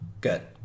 good